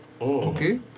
Okay